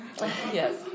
Yes